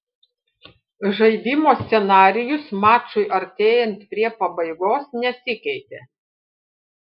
žaidimo scenarijus mačui artėjant prie pabaigos nesikeitė